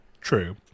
true